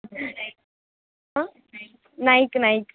Nike Nike